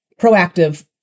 proactive